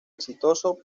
exitoso